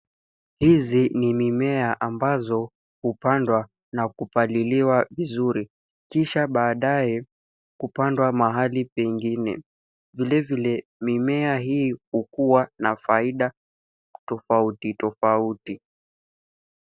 Hizi ni mimea ambazo hupandwa na kupaliliwa vizuri, kisha baadaye kupandwa mahali pengine. Vilevile mimea hii hukuwa na faida tofauti tofauti.